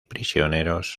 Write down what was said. prisioneros